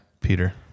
Peter